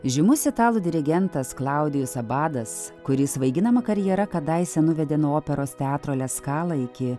žymus italų dirigentas klaudijus abadas kurį svaiginama karjera kadaise nuvedė nuo operos teatro leskala iki